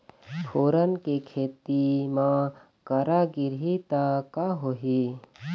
फोरन के खेती म करा गिरही त का होही?